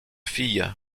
fille